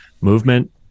movement